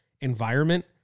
environment